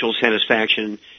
satisfaction